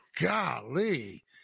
Golly